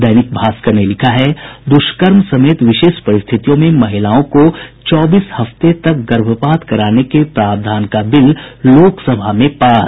दैनिक भास्कर ने लिखा है द्रष्कर्म समेत विशेष परिस्थितियों में महिलाओं को चौबीस हफ्ते तक गर्भपात कराने के प्रावधान का बिल लोकसभा में पास